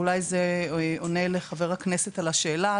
ואולי זה עונה לחבר הכנסת על השאלה.